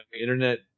internet